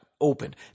opened